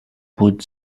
would